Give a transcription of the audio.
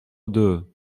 deux